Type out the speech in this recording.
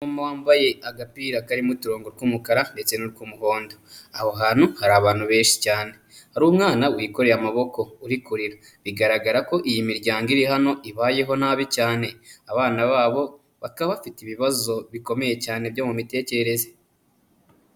Umumama wambaye agapira karimo uturongo tw'umukara ndetse n'utw'umuhondo, aho hantu hari abantu benshi cyane, hari umwana wikoreye amaboko uri kurira, bigaragara ko iyi miryango iri hano ibayeho nabi cyane, abana babo bakaba bafite ibibazo bikomeye cyane byo mu mitekerereze.